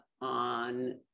on